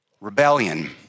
rebellion